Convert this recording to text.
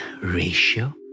ratio